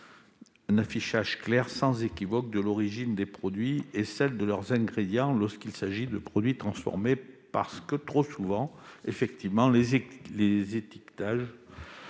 un affichage clair, sans équivoque, de l'origine des produits et de celle de leurs ingrédients lorsqu'il s'agit de produits transformés. Trop souvent, les étiquetages